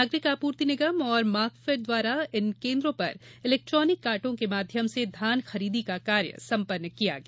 नागरिक आपूर्ति निगम और मार्कफेड द्वारा इन केन्द्रों पर इलैक्ट्रॉनिक कांटों के माध्यम से धान खरीदी का कार्य सम्पन्न किया गया